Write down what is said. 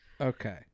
Okay